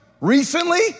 Recently